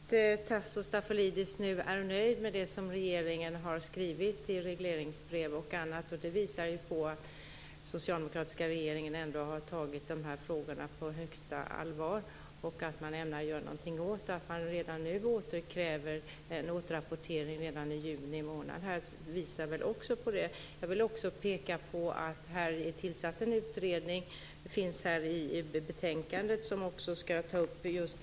Fru talman! Det är glädjande att Tasso Stafilidis nu är nöjd med det som regeringen har skrivit i regleringsbrev och annat. Det visar på att den socialdemokratiska regeringen ändå har tagit dessa frågor på största allvar och att man ämnar att göra någonting åt det. Att man kräver en återrapportering redan i juni månad visar också på det. Jag vill också peka på att en utredning är tillsatt som ska ta upp just den fråga som Tasso Stafilidis berör.